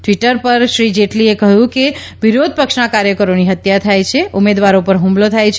Twitter પર શ્રી જેટલીએ કહ્યું કે વિરોધપક્ષના કાર્યકરોની હત્યા થાય છે ઉમેદવારો પર હુમલા થાય છે